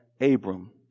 Abram